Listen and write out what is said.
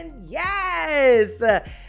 Yes